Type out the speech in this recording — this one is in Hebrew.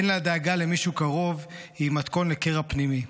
אין לה דאגה למישהו קרוב, היא מתכון לקרע פנימי.